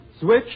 Switch